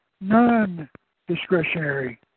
non-discretionary